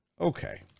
Okay